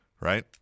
right